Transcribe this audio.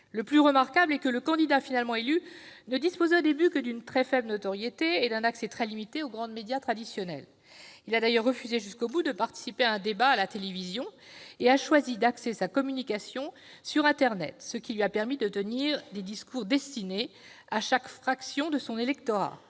Le plus remarquable est que le candidat finalement élu ne disposait au départ que d'une très faible notoriété et d'un accès très limité aux grands médias traditionnels. Il a d'ailleurs refusé jusqu'au bout de participer à tout débat télévisé, et a choisi d'axer sa communication sur internet, ce qui lui a permis de tenir des discours destinésà chaque fraction de son électorat